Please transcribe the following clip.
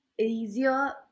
easier